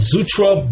Zutra